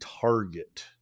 target